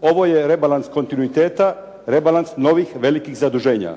Ovo je rebalans kontinuiteta, rebalans novih velikih zaduženja.